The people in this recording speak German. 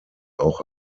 auch